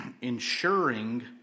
ensuring